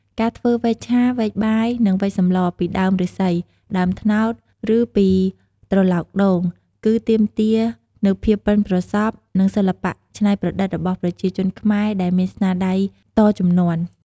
ការធ្វើវែកឆា វែកបាយ និងវែកសម្លពីដើមឫស្សី ដើមត្នោត ឬពីត្រឡោកដូង គឺទាមទារនូវភាពប៉ិនប្រសប់ និងសិល្បៈច្នៃប្រឌិតរបស់ប្រជាជនខ្មែរដែលមានស្នាដៃតជំនាន់។